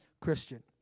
Christian